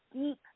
deep